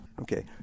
Okay